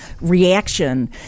reaction